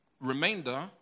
remainder